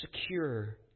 secure